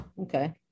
okay